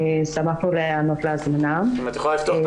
אנחנו שמחים על הכבוד להצטרף לדיון